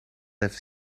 have